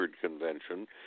convention